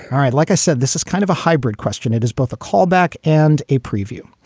all right. like i said, this is kind of a hybrid question. it is both a callback and a preview.